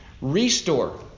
Restore